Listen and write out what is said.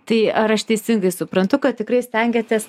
tai ar aš teisingai suprantu kad tikrai stengiatės